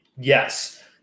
yes